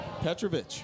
Petrovic